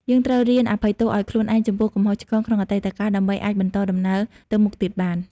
យើងត្រូវរៀនអភ័យទោសឱ្យខ្លួនឯងចំពោះកំហុសឆ្គងក្នុងអតីតកាល ដើម្បីអាចបន្តដំណើរទៅមុខទៀតបាន។